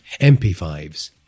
MP5s